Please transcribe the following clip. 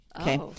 Okay